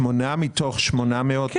שמונה מתוך 800. כן.